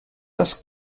les